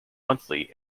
monthly